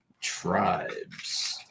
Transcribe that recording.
Tribes